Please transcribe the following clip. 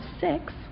six